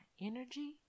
energy